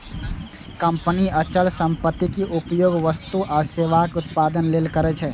company अचल संपत्तिक उपयोग वस्तु आ सेवाक उत्पादन लेल करै छै